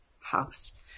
house